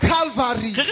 Calvary